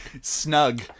snug